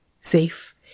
Safe